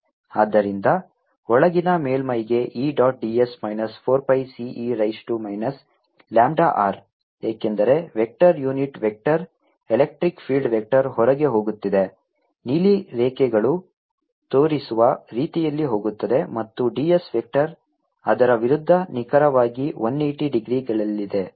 ಆದ್ದರಿಂದ ಒಳಗಿನ ಮೇಲ್ಮೈಗೆ E dot ds minus 4 pi C e raise to minus lambda r ಏಕೆಂದರೆ vector unit vector electric field vector ಹೊರಗೆ ಹೋಗುತ್ತಿದೆ ನೀಲಿ ರೇಖೆಗಳು ತೋರಿಸುವ ರೀತಿಯಲ್ಲಿ ಹೋಗುತ್ತದೆ ಮತ್ತು ds ವೆಕ್ಟರ್ ಅದರ ವಿರುದ್ಧ ನಿಖರವಾಗಿ 180 ಡಿಗ್ರಿಗಳಲ್ಲಿದೆ